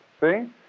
see